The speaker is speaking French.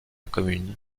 commune